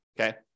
okay